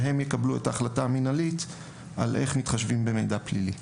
הם יקבלו את ההחלטה המנהלית על איך מתחשבים במידע פלילי,